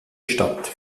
statt